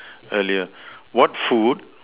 earlier what food